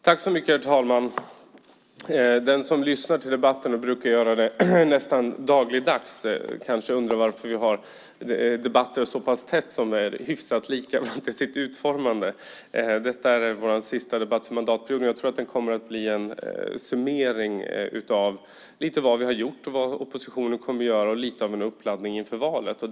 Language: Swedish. Herr talman! Den som nästan dagligdags lyssnar till debatterna kanske undrar varför vi har likartade debatter så pass tätt. Det här är vår sista debatt i ämnet under mandatperioden, och jag tror att den lite grann blir en summering av vad vi gjort, vad oppositionen vill göra och även lite av en uppladdning inför valet.